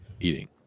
eating